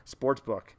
sportsbook